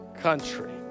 country